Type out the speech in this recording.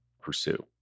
pursue